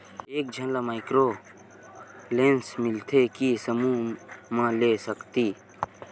एक झन ला माइक्रो लोन मिलथे कि समूह मा ले सकती?